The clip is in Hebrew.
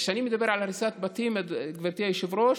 כשאני מדבר על הריסת בתים, גברתי היושבת-ראש,